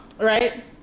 Right